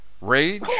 Rage